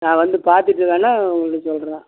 நான் வந்து பார்த்துட்டு வேணால் உங்களுக்கு சொல்கிறேன்